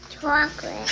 Chocolate